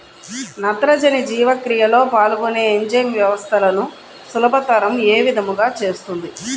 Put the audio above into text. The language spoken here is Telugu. నత్రజని జీవక్రియలో పాల్గొనే ఎంజైమ్ వ్యవస్థలను సులభతరం ఏ విధముగా చేస్తుంది?